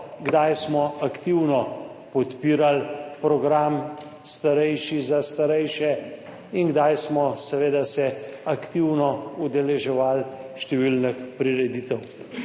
kdaj smo aktivno podpirali program Starejši za starejše, in kdaj smo seveda se aktivno udeleževali številnih prireditev.